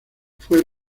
fue